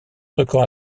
records